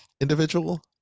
individual